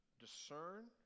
discern